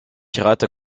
pirates